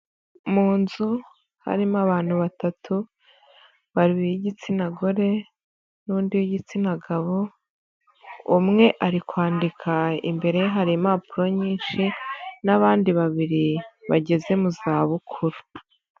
Mu nzu harimo abantu batatu, babiri b'igitsina gore n'undi wigitsina gabo, umwe ari kwandika imbere ye hari impapuro nyinshi,n' abandi babiri bageze mu za bukuru.